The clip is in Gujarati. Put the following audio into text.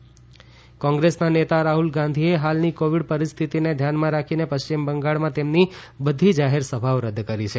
રાહુલ ગાંધી કોંગ્રેસના નેતા રાફલ ગાંધીએ હાલની કોવિડ પરિસ્થિતિને ધ્યાનમાં રાખીને પશ્ચિમ બંગાળમાં તેમની બધી જાહેરસભાઓ રદ કરી છે